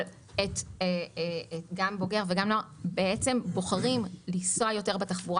שגם בוגר וגם נוער בוחרים לנסוע יותר בתחבורה